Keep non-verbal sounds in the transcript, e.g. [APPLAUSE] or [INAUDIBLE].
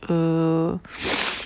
err [NOISE]